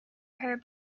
her